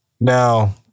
Now